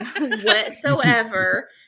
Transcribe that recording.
whatsoever